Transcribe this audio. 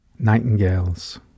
Nightingales